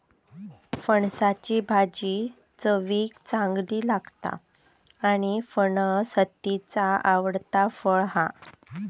फणसाची भाजी चवीक चांगली लागता आणि फणस हत्तीचा आवडता फळ हा